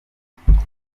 baturutse